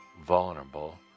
vulnerable